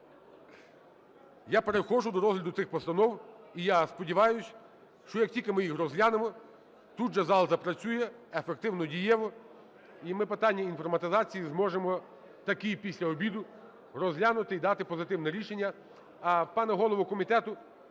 я переходжу до розгляду тих постанов. І я сподіваюсь, що як тільки ми їх розглянемо, тут же зал запрацює ефективно, дієво і ми питання інформатизації зможемо таки після обіду розглянути і дати позитивне рішення. А, пане голово комітету,